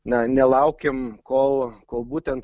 na nelaukim kol kol būtent